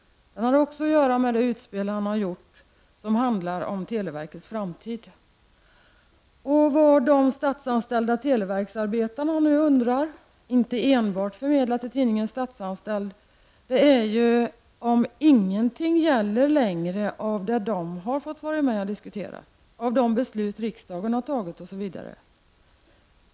Det har också att göra med det utspel som han har gjort och som handlar om televerkets framtid. Vad de statsanställda televerksarbetarna nu undrar -- förmedlat inte enbart i tidningen Statsanställd -- är om ingenting längre gäller av det som de har fått vara med och diskutera, av de beslut som riksdagen har fattat, osv.